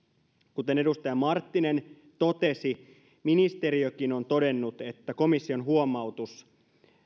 kuten edustaja marttinen totesi ministeriökin on todennut että komission huomautus